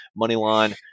Moneyline